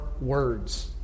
words